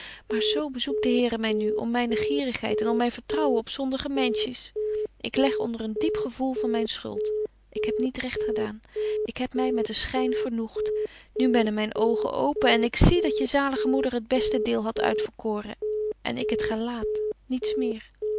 maar zo bezoekt de heere my nu om myne gierigheid en om myn vertrouwen op zondige menschjes ik leg onder een diep gevoel van myn schuld ik heb niet recht gedaan ik heb my met den schyn vernoegt nu bennen myn oogen open en ik zie dat je zalige moeder het beste deel hadt uitverkoren en ik het gelaat niets meer